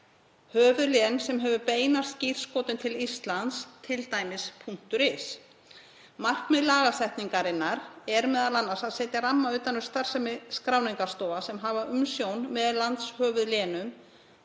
höfuðlén sem hefur beina skírskotun til Íslands, t.d. .is. Markmið lagasetningarinnar er m.a. að setja ramma utan um starfsemi skráningarstofa sem hafa umsjón með landshöfuðlénum